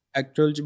actual